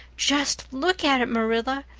just look at it, marilla.